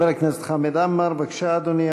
חבר הכנסת חמד עמאר, בבקשה, אדוני.